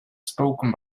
spoken